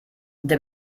der